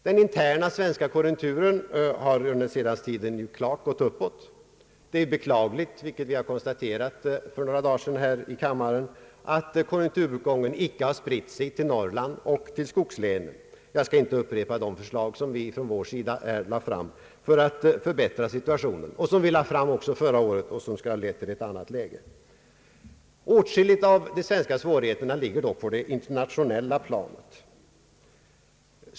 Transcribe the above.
Den interna svenska konjunkturen har under den senaste tiden klart gått uppåt. Det är beklagligt, vilket jag konstaterat för några dagar sedan här i kammaren, att konjunkturuppgången icke har spritt sig till Norrland och till skogslänen. Jag skall inte upprepa de förslag som vi från vår sida lade fram för att förbättra situationen, förslag som vi i stor utsträckning lade fram också förra året och vilkas genomförande skulle ha lett till ett annat läge. Åtskilliga av de svenska svårigheterna ligger dock på det internationella planet.